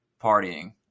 partying